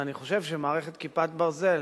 אני חושב שמערכת "כיפת ברזל",